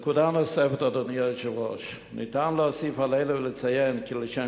נקודה נוספת אדוני היושב-ראש: ניתן להוסיף על אלה ולציין כי לשם